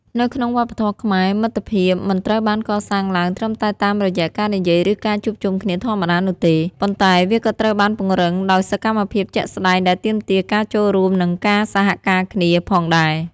នៅក្នុងវប្បធម៌ខ្មែរ មិត្តភាពមិនត្រូវបានកសាងឡើងត្រឹមតែតាមរយៈការនិយាយឬការជួបជុំគ្នាធម្មតានោះទេ ប៉ុន្តែវាក៏ត្រូវបានពង្រឹងដោយសកម្មភាពជាក់ស្តែងដែលទាមទារការចូលរួមនិងការសហការគ្នាផងដែរ។